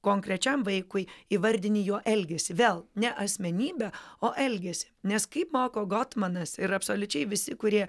konkrečiam vaikui įvardini jo elgesį vėl ne asmenybę o elgesį nes kaip moko gotmanas ir absoliučiai visi kurie